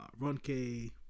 Ronke